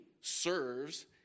serves